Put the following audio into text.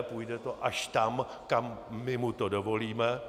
Půjde to až tam, kam my mu to dovolíme.